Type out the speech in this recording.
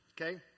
okay